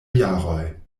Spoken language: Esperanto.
jaroj